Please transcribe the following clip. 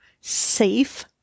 safe